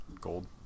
gold